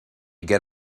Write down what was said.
get